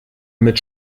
mit